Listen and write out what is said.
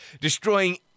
Destroying